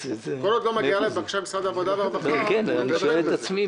כל עוד לא מגיעה בקשה ממשרד העבודה והרווחה הוא לא יעשה את זה.